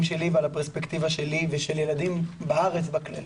שלי ועל הפרספקטיבה שלי ושל ילדים בארץ באופן כללי.